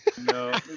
No